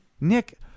Nick